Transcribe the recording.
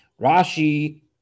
Rashi